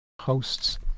hosts